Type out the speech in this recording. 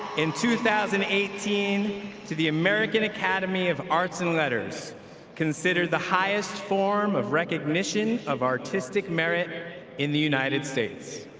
in two thousand and eighteen to the american academy of arts and letters considered the highest form of recognition of artistic merit in the united states.